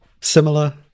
similar